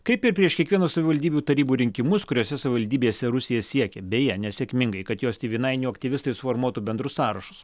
kaip ir prieš kiekvienus savivaldybių tarybų rinkimus kuriose savivaldybėse rusija siekė beje nesėkmingai kad jos tėvynainių aktyvistai suformuotų bendrus sąrašus